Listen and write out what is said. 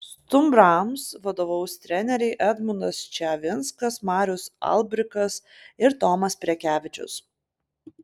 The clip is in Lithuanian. stumbrams vadovaus treneriai edmundas ščiavinskas marius albrikas ir tomas prekevičius